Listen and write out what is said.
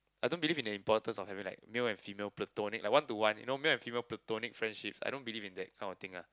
I don't believe in the importance of having like male and female platonic like one to one you know male and female platonic friendships I don't believe in that kind of thing lah